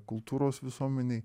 kultūros visuomenei